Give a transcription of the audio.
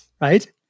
Right